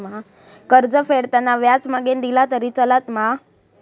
कर्ज फेडताना व्याज मगेन दिला तरी चलात मा?